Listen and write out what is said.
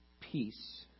peace